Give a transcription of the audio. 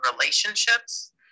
relationships